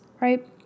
right